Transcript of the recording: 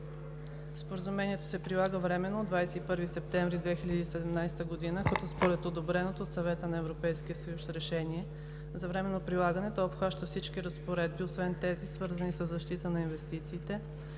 Споразумението се прилага временно от 21 септември 2017 г., като според одобреното от Съвета на Европейския съюз решение за временно прилагане то обхваща всички разпоредби, освен тези, свързани със защита на инвестициите,